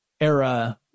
era